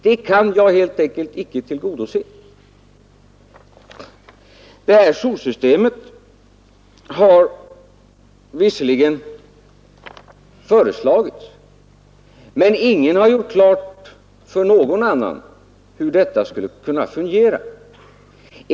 Detta kan jag helt enkelt icke tillgodose. Joursystemet har visserligen föreslagits, men ingen har gjort klart hur detta skall kunna fungera.